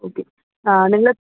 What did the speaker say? okay നിങ്ങൾ